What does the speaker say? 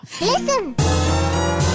listen